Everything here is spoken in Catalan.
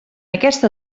aquesta